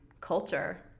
culture